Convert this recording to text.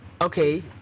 okay